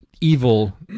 evil